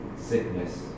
sickness